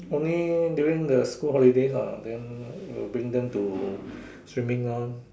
only during the school holidays ah then will bring them to swimming ah